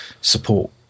support